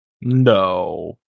No